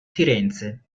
firenze